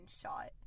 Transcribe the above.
shot